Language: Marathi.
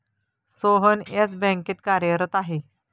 सोहन येस बँकेत कार्यरत आहे